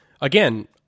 again